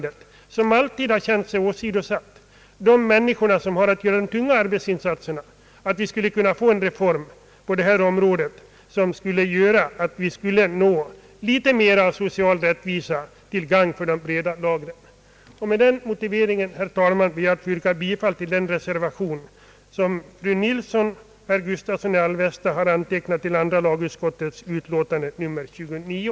Dessa grupper har alltid känt sig åsidosatta, och det gäller här människor som har att göra de tunga arbetsinsatserna. Det är angeläget med en reform på detta område, som skulle kunna innebära att vi skapade litet mera av social rättvisa till gagn för de breda folklagren. Med denna motivering, herr talman, ber jag att få yrka bifall till den reservation som fru Nilsson och herr Gustavsson i Alvesta har antecknat till andra lagutskottets utlåtande nr 29.